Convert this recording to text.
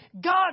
God